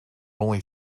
only